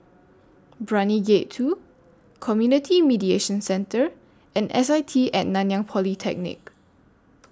Brani Gate two Community Mediation Centre and S I T At Nanyang Polytechnic